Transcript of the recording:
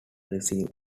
receive